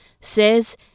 says